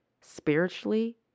Spiritually